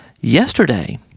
yesterday